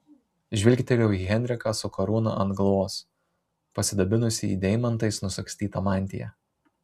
žvilgtelėjau į henriką su karūna ant galvos pasidabinusį deimantais nusagstyta mantija